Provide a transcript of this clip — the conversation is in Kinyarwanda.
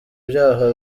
ibyaha